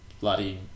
bloody